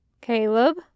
Caleb